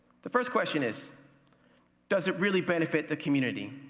the first question is does it really benefit the community?